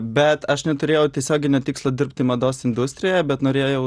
bet aš neturėjau tiesioginio tikslo dirbti mados industrijoje bet norėjau